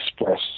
express